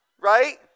Right